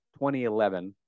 2011